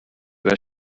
peux